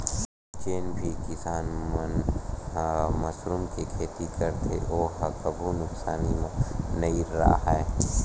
जेन भी किसान मन ह मसरूम के खेती करथे ओ ह कभू नुकसानी म नइ राहय